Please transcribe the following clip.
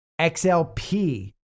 XLP